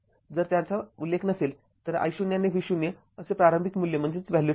जर त्याचा उल्लेख नसेल तर I0 आणि v0 असे प्रारंभिक मूल्य ठेवा